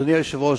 אדוני היושב-ראש,